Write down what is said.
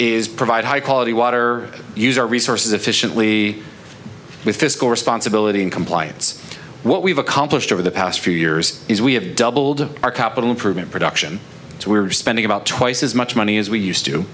is provide high quality water use our resources efficiently with fiscal responsibility and compliance what we've accomplished over the past few years is we have doubled our capital improvement production so we are spending about twice as much money as we used to